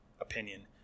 opinion